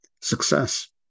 success